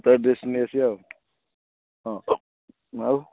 ତା ଡ୍ରେସ୍ ନେଇ ଆସିବା ଆଉ ହଁ ଆଉ